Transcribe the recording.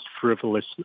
frivolous